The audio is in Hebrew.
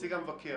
נציג המבקר.